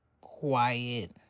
quiet